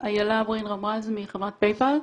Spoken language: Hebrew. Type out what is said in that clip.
אני אילה ברין רמרז, מחברת PayPal.